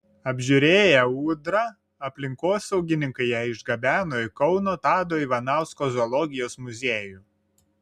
apžiūrėję ūdrą aplinkosaugininkai ją išgabeno į kauno tado ivanausko zoologijos muziejų